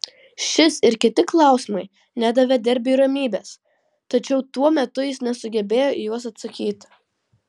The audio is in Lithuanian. šis ir kiti klausimai nedavė derbiui ramybės tačiau tuo metu jis nesugebėjo į juos atsakyti